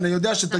אני יודע שזה